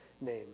name